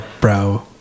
bro